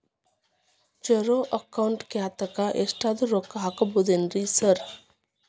Zero account ಖಾತ್ಯಾಗ ಎಷ್ಟಾದ್ರೂ ರೊಕ್ಕ ಹಾಕ್ಬೋದೇನ್ರಿ ಸಾರ್?